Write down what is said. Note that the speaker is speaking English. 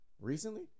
recently